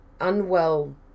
unwell